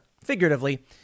figuratively